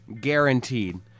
Guaranteed